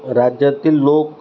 राज्यातील लोक